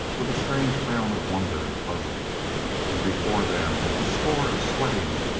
with a strange frown of wonder and puzzle and before them the score of sweating,